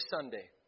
Sunday